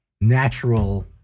natural